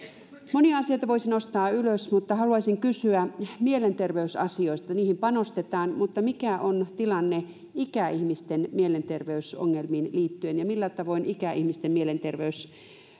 monia asioita voisi nostaa ylös mutta haluaisin kysyä mielenterveysasioista niihin panostetaan mutta mikä on tilanne ikäihmisten mielenterveysongelmiin liittyen ja millä tavoin ikäihmisten mielenterveys